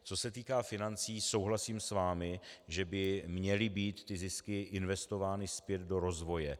Co se týká financí, souhlasím s vámi, že by měly být ty zisky investovány zpět do rozvoje.